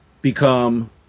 become